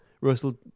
Russell